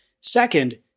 Second